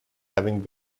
having